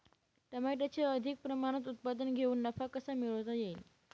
टमाट्याचे अधिक प्रमाणात उत्पादन घेऊन नफा कसा मिळवता येईल?